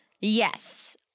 Yes